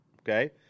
Okay